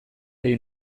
egin